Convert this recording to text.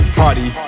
party